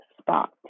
spot